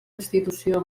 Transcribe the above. institució